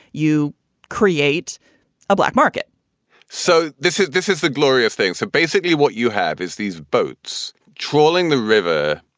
you create a black market so this is this is the glorious thing. so basically what you have is these boats trolling the river,